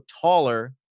taller